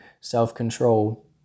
self-control